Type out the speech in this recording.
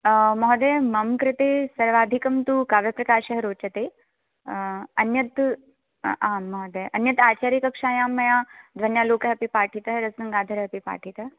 महोदय मम कृते सर्वाधिकं तु काव्यप्रकाशः रोचते अन्यत् आम् महोदय अन्यत् आचार्यकक्षायां मया ध्वन्यालोकः अपि पाठितः रसगङ्गाधरः अपि पाठितः